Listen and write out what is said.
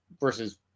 versus